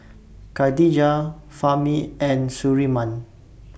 Khadija Fahmi and Surinam